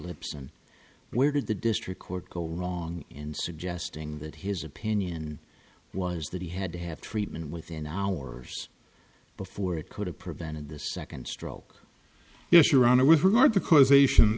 phillips and where did the district court go wrong in suggesting that his opinion was that he had to have treatment within hours before it could have prevented this second stroke yes your honor with regard to causation